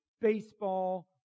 baseball